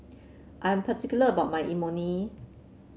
I am particular about my Imoni